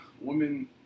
women